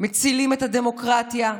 מצילים את הדמוקרטיה,